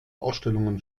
ausstellungen